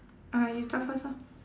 uh you start first ah